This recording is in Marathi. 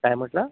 काय म्हटलं